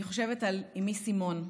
אני חושבת על אימי סימון,